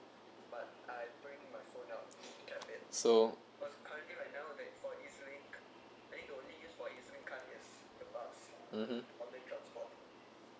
so (uh huh)